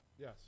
Yes